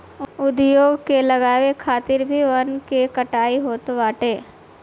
उद्योग के लगावे खातिर भी वन के कटाई होत बाटे